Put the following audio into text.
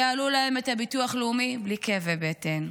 יעלו להם את הביטוח לאומי בלי כאבי בטן.